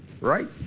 right